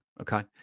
okay